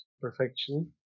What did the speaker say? perfection